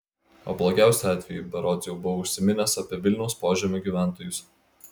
o blogiausiu atveju berods jau buvau užsiminęs apie vilniaus požemių gyventojus